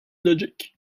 logic